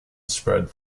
spread